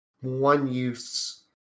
one-use